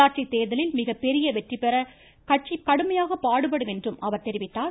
உள்ளாட்சி தேர்தலில் மிகப்பெரிய வெற்றிபெற கட்சி கடுமையாக பாடுபடும் என்றும் அவர் தெரிவித்தார்